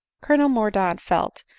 colonel mordaunt felt,